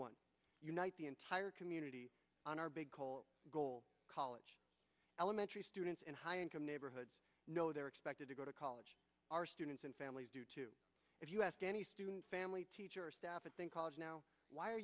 one unite the entire community on our big call goal college elementary students in high income neighborhoods know they're expected to go to college our students and families do too if you ask any student family teacher staff and think college now why are